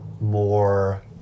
more